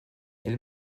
elle